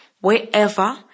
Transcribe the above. wherever